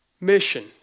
mission